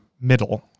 middle